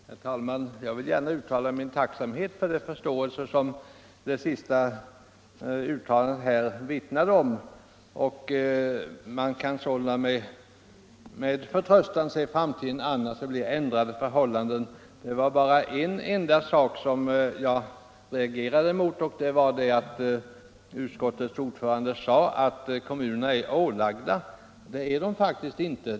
Herr talman! Jag vill gärna uttala min tacksamhet för den förståelse som det senaste uttalandet vittnar om, och man kan sålunda med förtröstan se framtiden an och räkna med att det blir ändrade förhållanden. Det var bara en sak som jag reagerade mot, och det var att utskottets ordförande sade att kommunerna är ålagda att svara för dessa ting. Det är de faktiskt inte.